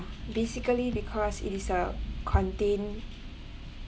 basically because it is a contain